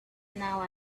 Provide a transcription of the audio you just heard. now